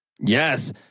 Yes